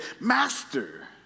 Master